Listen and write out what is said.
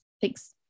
Thanks